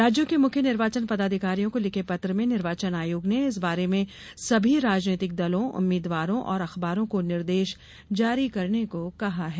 राज्यों के मुख्य निर्वाचन पदाधिकारियों को लिखे पत्र में निर्वाचन आयोग ने इस बारे में सभी राजनीतिक दलों उम्मीदवारों और अखबारों को निर्देश जारी करने को कहा है